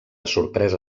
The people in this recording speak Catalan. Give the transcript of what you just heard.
sorpresa